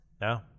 No